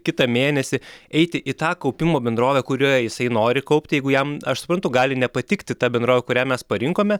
kitą mėnesį eiti į tą kaupimo bendrovę kurioje jisai nori kaupti jeigu jam aš suprantu gali nepatikti ta bendrovė kurią mes parinkome